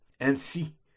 ainsi